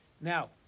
Now